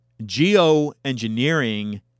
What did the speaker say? geoengineering